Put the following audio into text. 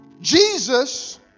Jesus